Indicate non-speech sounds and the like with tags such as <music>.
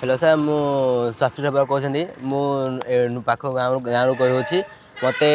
hello sir ମୁଁ <unintelligible> କହୁଛନ୍ତି ମୁଁ ପାଖ ଗାଁ ଗାଁରୁ କହୁଛିି ମୋତେ